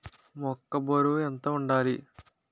మొక్కొ బరువు ఎంత వుండాలి?